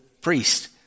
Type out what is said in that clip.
priest